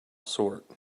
sort